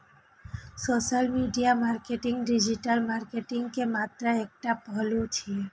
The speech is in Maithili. social media marketing digital marketing के मात्र एकटा पहलू छियै